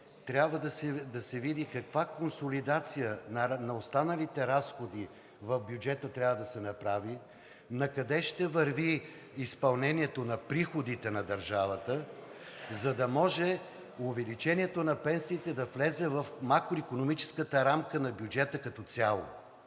трябва да се види каква консолидация на останалите разходи в бюджета трябва да се направи, накъде ще върви изпълнението на приходите на държавата, за да може увеличението на пенсиите да влезе в макроикономическата рамка на бюджета като цяло.